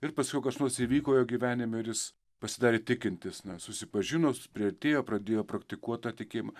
ir paskiau kas nors įvyko jo gyvenime ir jis pasidarė tikintis nesusipažinos priartėjo pradėjo praktikuot tą tikėjimą